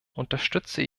unterstütze